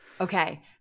Okay